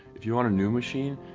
if you want a new machine,